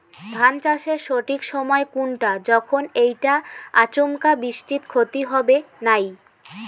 ধান চাষের সঠিক সময় কুনটা যখন এইটা আচমকা বৃষ্টিত ক্ষতি হবে নাই?